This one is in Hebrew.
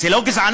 זה לא גזענות?